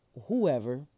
whoever